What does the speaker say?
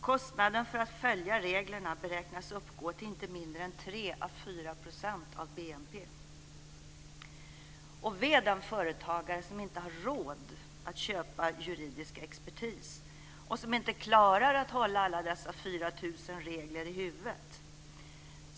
Kostnaden för att följa reglerna beräknas uppgå till inte mindre än 3 à 4 % av BNP. Ve den företagare som inte har råd att köpa juridisk expertis och som inte klarar att hålla alla dessa 4 000 regler i huvudet.